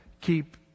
keep